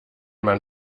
man